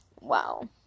wow